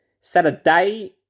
Saturday